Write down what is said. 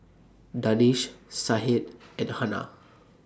Danish Syed and Hana